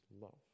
love